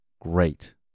Great